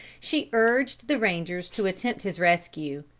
she urged the rangers to attempt his rescue.